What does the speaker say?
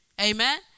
Amen